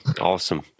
awesome